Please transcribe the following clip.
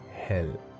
hell